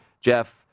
Jeff